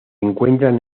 encuentran